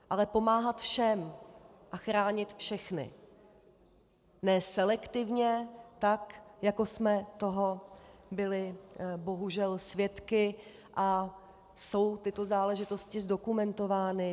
Ale pomáhat všem a chránit všechny ne selektivně, tak jako jsme toho byli bohužel svědky a jsou tyto záležitosti zdokumentovány.